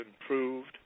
improved